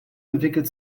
entwickelt